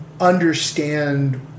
understand